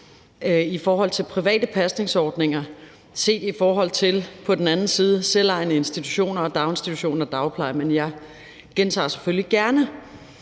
på den ene side private pasningsordninger set i forhold til på den anden side selvejende institutioner og daginstitutioner og dagpleje. Men jeg gentager det selvfølgelig gerne.